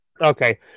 Okay